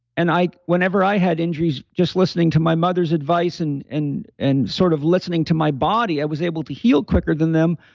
and whenever i had injuries, just listening to my mother's advice, and and and sort of listening to my body, i was able to heal quicker than them.